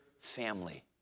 family